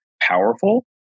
powerful